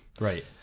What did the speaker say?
right